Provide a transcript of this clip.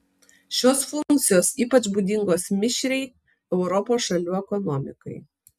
šios funkcijos ypač būdingos mišriai europos šalių ekonomikai